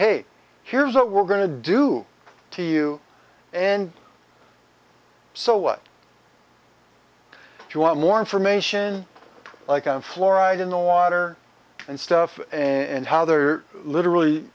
hey here's what we're going to do to you and so what do you want more information like and fluoride in the water and stuff and how they're literally